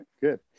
good